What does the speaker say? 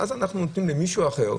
ואז אנחנו נותנים למישהו אחר,